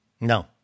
No